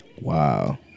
Wow